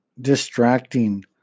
distracting